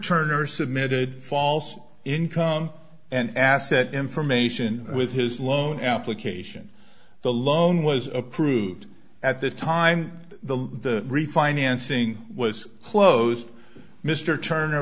turner submitted false income and asset information with his loan application the loan was approved at the time the refinancing was closed mr turner